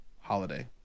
Holiday